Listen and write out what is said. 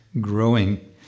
growing